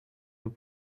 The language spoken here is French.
nos